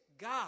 God